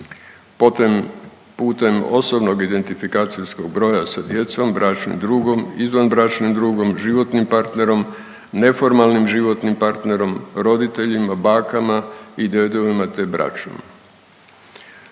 određene osobe putem OIB-a, bračnim drugom, izvanbračnim drugom, životnim partnerom, neformalnim životnim partnerom, roditeljima, baka i dedovima te braćom.